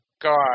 God